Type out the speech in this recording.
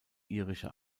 irischer